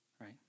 right